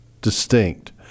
distinct